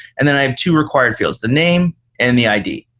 and then i have two required fields, the name and the id.